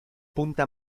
punta